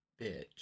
bitch